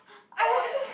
I will